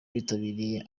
witabiriye